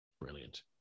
Brilliant